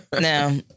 now